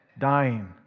dying